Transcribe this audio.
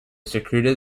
secreted